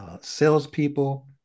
salespeople